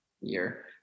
year